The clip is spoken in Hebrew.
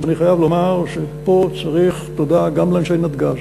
ואני חייב לומר שפה צריך לומר תודה גם לאנשי נתג"ז,